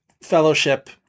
Fellowship